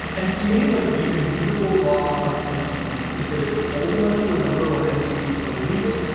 and to me, like, the immutable law of mtv is that if you're old enough to remember when mtv played music,